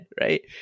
right